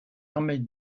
armée